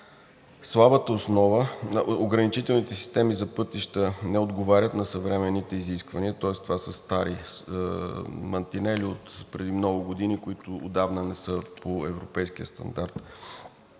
пукнатини. Ограничителните системи за пътища не отговарят на съвременните изисквания, тоест това са стари мантинели отпреди много години, които отдавна не са по европейския стандарт.